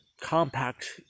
compact